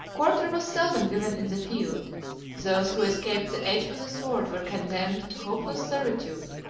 quarter was seldom given in the field those who escaped the edge of the sword were condemned to hopeless servitude,